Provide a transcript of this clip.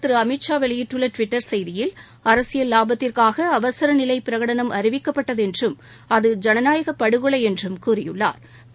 திருஅமித்ஷா வெளியிட்டுள்ளடுவிட்டர் செய்தியில் உள்துறைஅமைச்சா் அரசியல் லாபத்திற்காகஅவசரநிலைபிரகடனம் அறிவிக்கப்பட்டதுஎன்றும் அது ஜனநாயகப் படுகொலைஎன்றும் கூறியுள்ளாா்